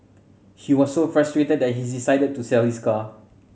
he was so frustrated that he decided to sell his car